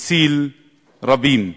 הציל רבים.